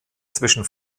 zwischen